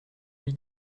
lui